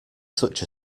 such